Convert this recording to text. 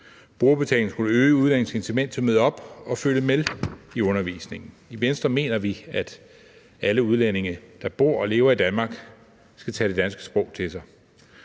Brugerbetalingen skulle øge udlændinges incitament til at møde op og følge med i undervisningen. I Venstre mener vi, at alle udlændinge, der bor og lever i Danmark, skal tage det danske sprog til sig.